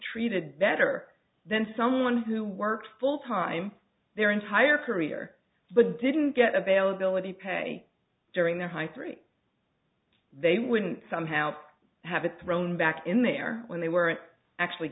treated better than someone who worked full time their entire career but didn't get a bail ability pay during their high three they wouldn't somehow have it thrown back in there when they weren't actually